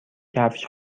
کفش